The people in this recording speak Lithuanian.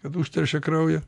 kad užteršia kraują